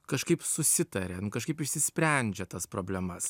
kažkaip susitaria nu kažkaip išsisprendžia tas problemas